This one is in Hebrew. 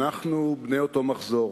אנחנו בני אותו מחזור.